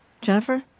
Jennifer